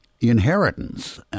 inheritance